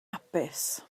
hapus